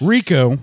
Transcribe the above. Rico